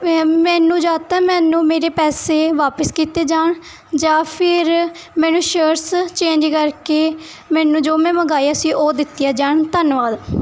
ਐ ਮੈਨੂੰ ਜਾਂ ਤਾਂ ਮੈਨੂੰ ਮੇਰੇ ਪੈਸੇ ਵਾਪਸ ਕੀਤੇ ਜਾਣ ਜਾਂ ਫਿਰ ਮੈਨੂੰ ਸ਼ਰਟਸ ਚੇਂਜ ਕਰਕੇ ਮੈਨੂੰ ਜੋ ਮੈਂ ਮੰਗਾਇਆ ਸੀ ਉਹ ਦਿੱਤੀਆਂ ਜਾਣ ਧੰਨਵਾਦ